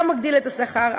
גם מגדיל את השכר,